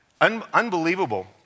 Unbelievable